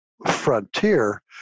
frontier